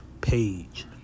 page